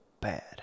bad